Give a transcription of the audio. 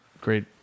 great